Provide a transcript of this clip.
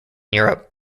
europe